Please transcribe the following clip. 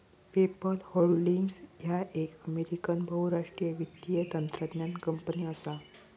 PayPal holdings ह्या एक American बहुराष्ट्रीय वित्तीय तंत्रज्ञान कंपनी असा